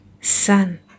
sun